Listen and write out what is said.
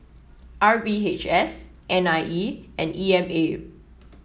R V H S N I E and E M A